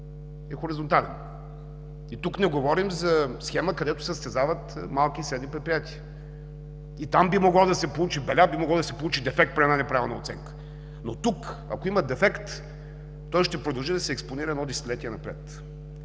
е хоризонтален. Тук не говорим за схема, където се състезават малки и средни предприятия. И там би могло да се получи беля, да се получи дефект при една неправилна оценка, но тук, ако има дефект, той ще продължи да се експонира едно десетилетие напред.